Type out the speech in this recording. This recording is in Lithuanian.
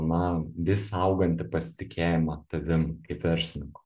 na vis augantį pasitikėjimą tavim kaip verslininku